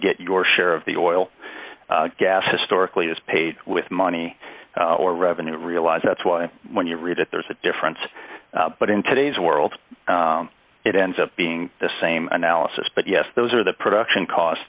get your share of the oil gas historically has paid with money or revenue to realize that's why when you read it there's a difference but in today's world it ends up being the same analysis but yes those are the production costs